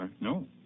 No